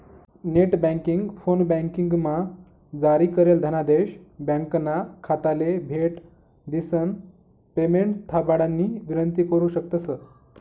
net banking, फोनबँकिंगमा जारी करेल धनादेश ब्यांकना खाताले भेट दिसन पेमेंट थांबाडानी विनंती करु शकतंस